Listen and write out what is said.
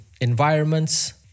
environments